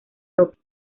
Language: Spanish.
roque